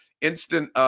instant